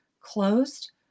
closed